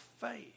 faith